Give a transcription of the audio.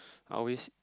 I always